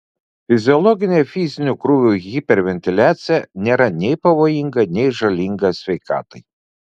fiziologinė fizinių krūvių hiperventiliacija nėra nei pavojinga nei žalinga sveikatai